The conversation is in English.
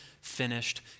finished